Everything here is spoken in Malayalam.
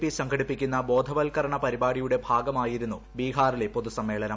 പി സംഘടിപ്പിക്കുന്ന ബോധവത്കരണ പരിപാടിയുടെ ഭാഗമായിരുന്നു ബീഹാറിലെ പൊതു സമ്മേളനം